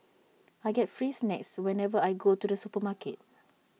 I get free snacks whenever I go to the supermarket